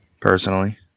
Personally